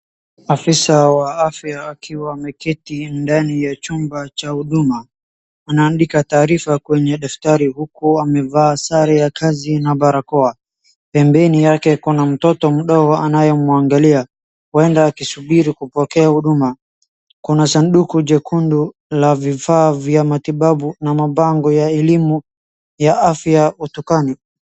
Afisa wa afya akiwa ameketi ndani ya chumba cha huduma, anaandika taarifa kwenye daftari huku amevaa sare ya kazi na barakoa, pembeni yake kuna mtoto ambaye anamwangalia, huenda akisuburi kupokea huduma, kuna sanduku jekundu ya vifaa vya matibabu na mabango ya elimu ya afya ukutani.